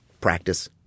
practice